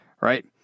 right